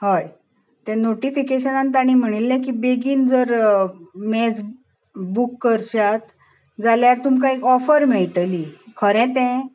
हय ते नोटिफिकेशनांत तेणी म्हणिल्लें कि बेगीन जर मेज बूक करशात जाल्यार तुमकां एक ऑफर मेळटली खरें तें